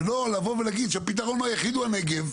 ולא לבוא ולהגיד שהפתרון היחיד הוא הנגב.